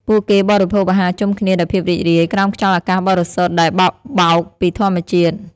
ពួកគេបរិភោគអាហារជុំគ្នាដោយភាពរីករាយ ក្រោមខ្យល់អាកាសបរិសុទ្ធដែលបក់បោកពីធម្មជាតិ។